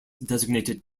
designated